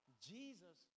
Jesus